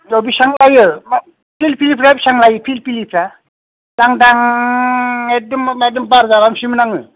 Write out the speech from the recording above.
औ बिसिबां लायो फिरफिलिफ्रा बिसिबां लायो फिरफिलिफ्रा लांदां एखदम बार जालांसैमोन आङो